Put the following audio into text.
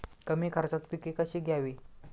कमी खर्चात पिके कशी घ्यावी?